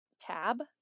tab